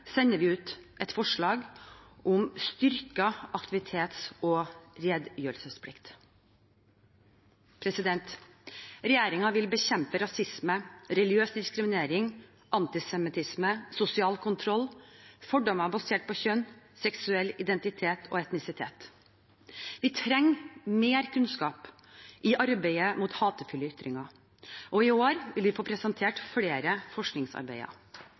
sender vi ut et forslag om styrket aktivitets- og redegjørelsesplikt. Regjeringen vil bekjempe rasisme, religiøs diskriminering, antisemittisme, sosial kontroll og fordommer basert på kjønn, seksuell identitet og etnisitet. Vi trenger mer kunnskap i arbeidet mot hatefulle ytringer. I år vil vi få presentert flere forskningsarbeider.